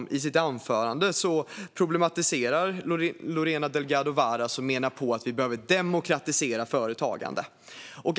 I sitt anförande problematiserade Lorena Delgado Varas frågan och menade att vi behöver demokratisera företagande.